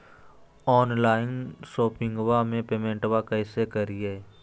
Online शोपिंगबा में पेमेंटबा कैसे करिए?